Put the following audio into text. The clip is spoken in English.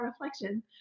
reflection